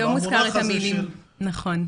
כי המונח הזה של --- נכון.